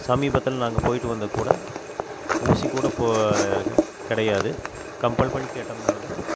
சமீபத்தில் நாங்கள் போயிட்டு வந்த கூட ஊசி கூட போ கிடையாது கம்பெல் பண்ணி கேட்டதுனால் தான்